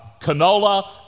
canola